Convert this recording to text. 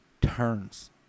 turns